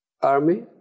army